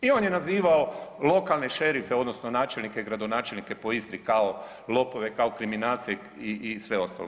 I on je nazivao lokalne šerife odnosno načelnike, gradonačelnike po Istri kao lopove, kao kriminalce i sve ostalog.